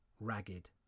ragged